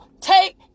take